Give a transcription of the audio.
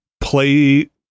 play